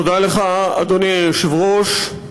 תודה לך, אדוני היושב-ראש,